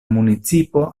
municipo